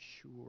sure